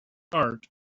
art